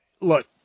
Look